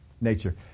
nature